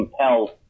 compel